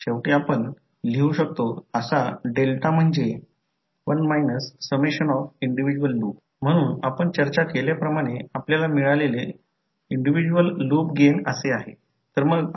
म्हणून वैकल्पिकरित्या जर एखादा करंट एका कॉइलच्या डॉट असलेल्या टर्मिनलला सोडतो तर दुसऱ्या कॉइलमधील म्युच्युअल व्होल्टेजची रेफरन्स पोलारिटी दुसऱ्या कॉइलच्या डॉटेड टर्मिनलवर निगेटिव असते आता याकडे या